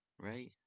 Right